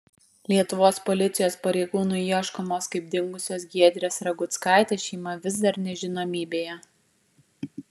lietuvos policijos pareigūnų ieškomos kaip dingusios giedrės raguckaitės šeima vis dar nežinomybėje